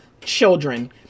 children